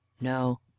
no